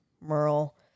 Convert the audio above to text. Merle